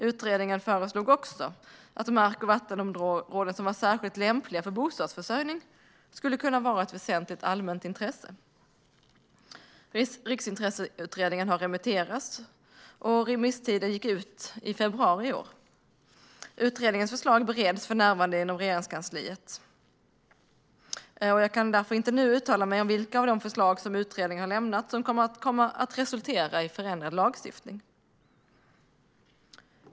Utredningen föreslog också att mark och vattenområden som var särskilt lämpliga för bostadsförsörjning skulle kunna vara av väsentligt allmänt intresse. Riksintresseutredningen har remitterats, och remisstiden gick ut i februari i år. Utredningens förslag bereds för närvarande inom Regeringskansliet, och jag kan därför inte nu uttala mig om vilka av de förslag som utredningen har lämnat som kan komma att resultera i en förändrad lagstiftning.